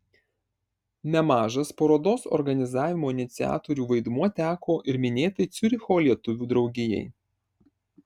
nemažas parodos organizavimo iniciatorių vaidmuo teko ir minėtai ciuricho lietuvių draugijai